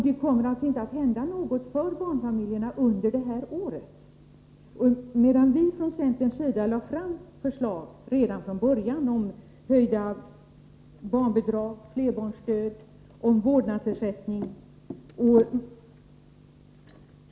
Det kommer alltså inte att hända något för barnfamiljerna i år. Från centerns sida lade vi redan från början fram förslag om höjda barnbidrag, flerbarnsstöd och vårdnadsersättning.